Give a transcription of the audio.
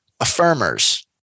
Affirmers